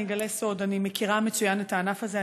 אני אגלה סוד: אני מכירה מצוין את הענף הזה,